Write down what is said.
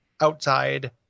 outside